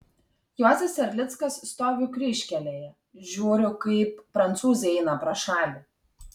juozas erlickas stoviu kryžkelėje žiūriu kaip prancūzai eina pro šalį